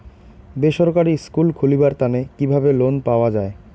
বেসরকারি স্কুল খুলিবার তানে কিভাবে লোন পাওয়া যায়?